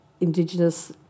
Indigenous